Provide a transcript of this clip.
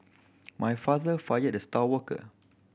my father fired the star worker